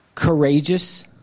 Courageous